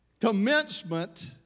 Commencement